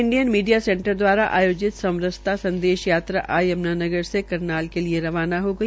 Indian media centre दवारा आयोजित समरसता संदेश यात्रा आज यमुना नगर से करनाल के लिये रवाना हो गई